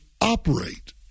operate